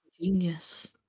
genius